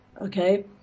Okay